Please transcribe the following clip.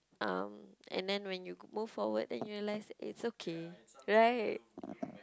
um and then when you move forward then you realise it's okay right